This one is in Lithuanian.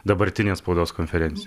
dabartinė spaudos konferenc